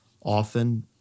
often